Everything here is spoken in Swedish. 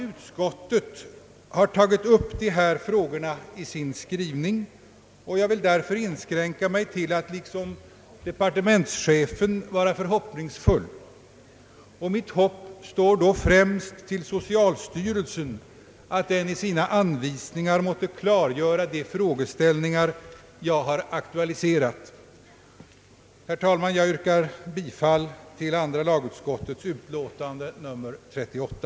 Utskottet har tagit upp dessa frågor i sin skrivning, och jag vill därför inskränka mig till att liksom departementschefen vara förhoppningsfull. Mitt hopp står då främst till att socialstyrelsen i sina anvisningar måtte klargöra de frågeställningar jag aktualiserat. Med det anförda, herr talman, yrkar jag bifall till andra lagutskottets utlåtande nr 38.